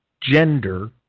gender